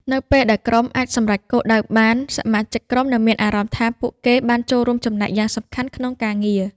នៅពេលដែលក្រុមអាចសម្រេចគោលដៅបាន សមាជិកក្រុមនឹងមានអារម្មណ៍ថាពួកគេបានចូលរួមចំណែកយ៉ាងសំខាន់ក្នុងការងារ។